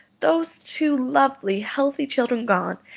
those two lovely, healthy children gone,